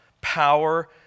power